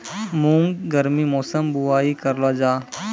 मूंग गर्मी मौसम बुवाई करलो जा?